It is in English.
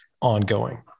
ongoing